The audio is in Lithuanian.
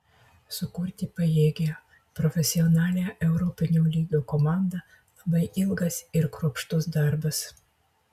sukurti pajėgią profesionalią europinio lygio komandą labai ilgas ir kruopštus darbas